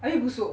abeh busuk